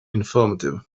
informative